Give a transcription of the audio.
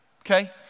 Okay